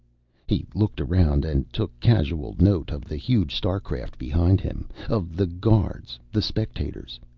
he looked around and took casual note of the huge starcraft behind him, of the guards, the spectators.